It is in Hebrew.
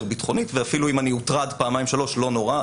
ביטחונית ואפילו אם אני אוטרד פעמיים-שלוש לא נורא,